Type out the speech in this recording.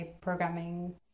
programming